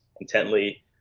intently